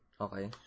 Okay